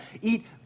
eat